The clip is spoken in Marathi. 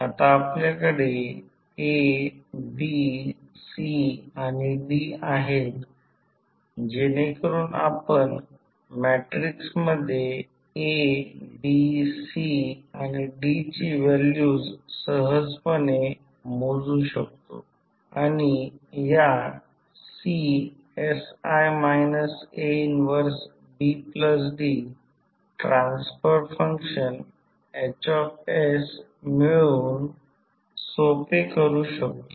आता आपल्याकडे A B C आणि D आहेत जेणेकरून आपण या मॅट्रिक्समध्ये A B C आणि D ची व्हॅल्यूज सहजपणे मोजू शकतो आणि या CsI A 1BD transfer function Hs मिळवून सोपे करू शकतो